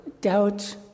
doubt